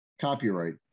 copyright